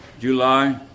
July